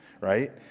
Right